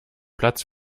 platz